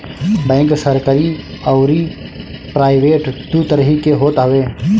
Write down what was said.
bank सरकरी अउरी private दू तरही के होत हवे